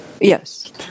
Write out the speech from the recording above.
Yes